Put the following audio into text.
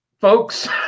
folks